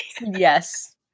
Yes